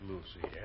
Lucy